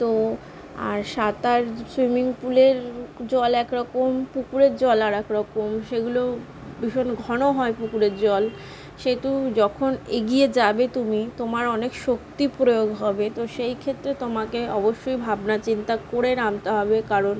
তো আর সাঁতার সুইমিং পুলের জল এক রকম পুকুরের জল আরেক রকম সেগুলো ভীষণ ঘন হয় পুকুরের জল সেহেতু যখন এগিয়ে যাবে তুমি তোমার অনেক শক্তি প্রয়োগ হবে তো সেই ক্ষেত্রে তোমাকে অবশ্যই ভাবনা চিন্তা করে নামতে হবে কারণ